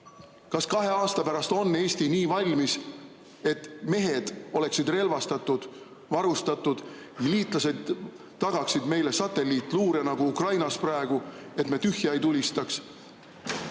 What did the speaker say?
Kas kahe aasta pärast on Eesti nii valmis, et mehed oleksid relvastatud, varustatud, liitlased tagaksid meile satelliitluure nagu Ukrainas praegu, et me tühja ei tulistaks?